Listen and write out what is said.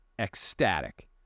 ecstatic